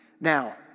Now